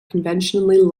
conventionally